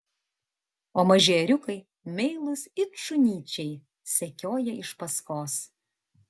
o maži ėriukai meilūs it šunyčiai sekioja iš paskos